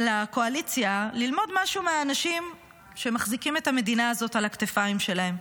לקואליציה ללמוד משהו מהאנשים שמחזיקים את המדינה הזאת על הכתפיים שלהם,